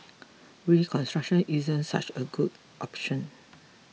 reconstruction isn't such a good option